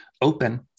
open